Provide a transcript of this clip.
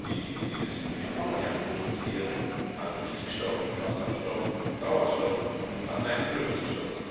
die wie sie wissen viel ammoniak produzieren also stickstoff wasserstoff und sauerstoff ach nein nur stickstoff und